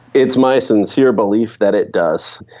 it's my sincere belief that it does.